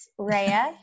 raya